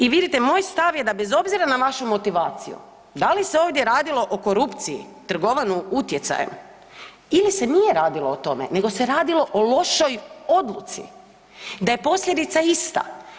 I vidite moj stav je da bez obzira na vašu motivaciju, da li se ovdje radilo o korupciji, trgovanju utjecajem ili se nije radilo o tome nego se radilo o lošoj odluci, da je posljedica ista.